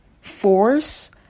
force